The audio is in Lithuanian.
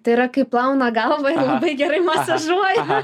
tai yra kai plauna galvą ir labai gerai masažuoja